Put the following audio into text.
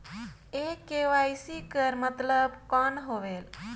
ये के.वाई.सी कर मतलब कौन होएल?